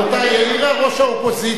העירה ראש האופוזיציה הערה,